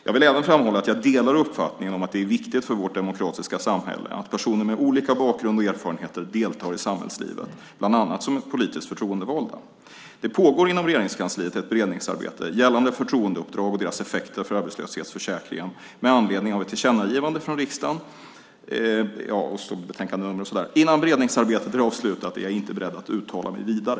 Jag vill även framhålla att jag delar uppfattningen att det är viktigt för vårt demokratiska samhälle att personer med olika bakgrund och erfarenheter deltar i samhällslivet, bland annat som politiskt förtroendevalda. Det pågår inom Regeringskansliet ett beredningsarbete gällande förtroendeuppdrag och deras effekter för arbetslöshetsförsäkringen med anledning av ett tillkännagivande från riksdagen . Innan beredningsarbetet är avslutat är jag inte beredd att uttala mig vidare.